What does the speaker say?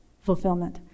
fulfillment